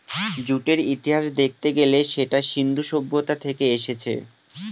জুটের ইতিহাস দেখতে গেলে সেটা সিন্ধু সভ্যতা থেকে এসেছে